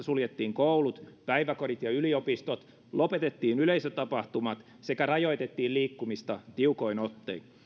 suljettiin koulut päiväkodit ja yliopistot lopetettiin yleisötapahtumat sekä rajoitettiin liikkumista tiukoin ottein